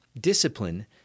Discipline